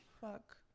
fuck